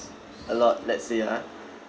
a lot let's say ah